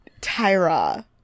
tyra